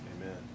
Amen